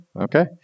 Okay